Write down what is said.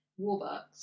Warbucks